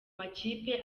makipe